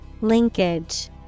Linkage